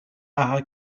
hara